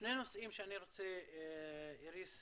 שני נושאים שאני רוצה, איריס,